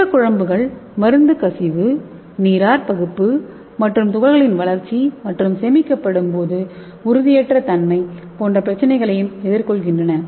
திரவ குழம்புகள் மருந்து கசிவு நீராற்பகுப்பு மற்றும் துகள்களின் வளர்ச்சி மற்றும் சேமிக்கப்படும் போது உறுதியற்ற தன்மை போன்ற பிரச்சினைகளையும் எதிர்கொள்கின்றன